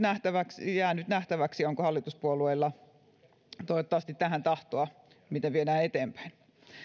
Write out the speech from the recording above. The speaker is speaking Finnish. käytännössä toteuttaa jää nyt nähtäväksi onko hallituspuolueilla tähän tahtoa miten näitä viedään eteenpäin toivottavasti